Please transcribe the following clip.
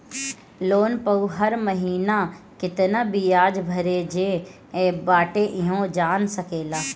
loan पअ हर महिना केतना बियाज भरे जे बाटे इहो जान सकेला